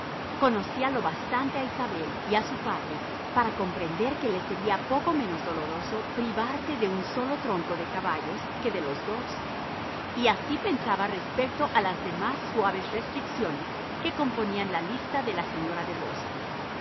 conocía lo bastante a isabel y a su padre para comprender que les sería poco menos doloroso privarse de uai solo tronco de caballos que de los dos y así pensaba respecto a las demás suaves restricciones que componían la lista de la señora de rusell